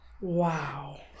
wow